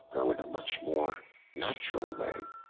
though in a much more natural way.